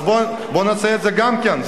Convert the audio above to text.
אז בוא נעשה את זה גם כן,